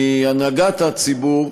מהנהגת הציבור,